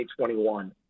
2021